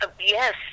Yes